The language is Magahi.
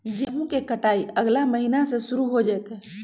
गेहूं के कटाई अगला महीना शुरू हो जयतय